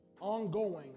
ongoing